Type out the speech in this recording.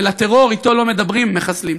והטרור, אתו לא מדברים, מחסלים.